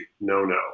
no-no